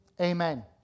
Amen